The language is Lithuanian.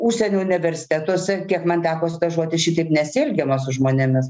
užsienio universitetuose kiek man teko stažuotis šitaip nesielgiama su žmonėmis